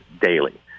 daily